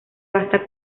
vasta